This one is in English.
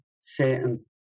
certain